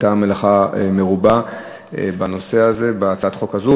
הייתה מלאכה מרובה בהצעת החוק הזאת.